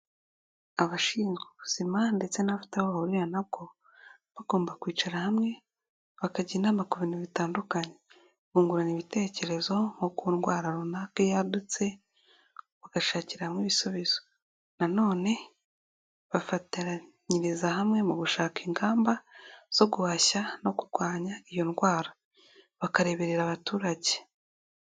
Abashinzwe ubuzima ndetse n'abafite aho bahuriye na bwo, bagomba kwicara hamwe bakajya inamaana ku bintu bitandukanye, bungurana ibitekerezo nko ku ndwara runaka yadutse, bagashakiramo ibisubizo nanone bafatanyiriza hamwe mu gushaka ingamba zo guhashya no kurwanya iyo ndwara, bakareberera abaturage.